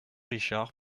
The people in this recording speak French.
richard